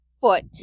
foot